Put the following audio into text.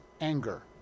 anger